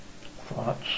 Thoughts